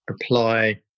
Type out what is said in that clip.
apply